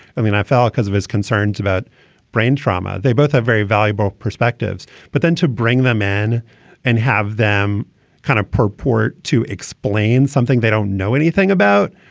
i mean, i felt because of his concerns about brain trauma, they both have very valuable perspectives. but then to bring them in and have them kind of purport to explain something they don't know anything about.